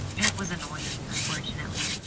it was annoying, unfortunately.